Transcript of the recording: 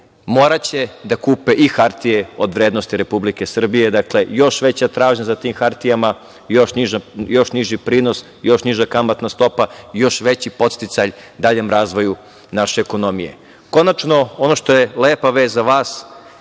moraće da kupe i hartije od vrednosti Republike Srbije. Dakle, još veća tražnja za tim hartijama, još niži prinos, još niža kamatna stopa, još veći podsticaj daljem razvoju naše ekonomije. Konačno, ono što je lepa vest za vas,